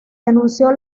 denunció